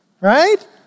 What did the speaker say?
right